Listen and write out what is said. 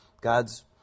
God's